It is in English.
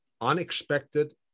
unexpected